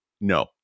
no